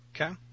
Okay